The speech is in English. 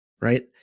right